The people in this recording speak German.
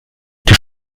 die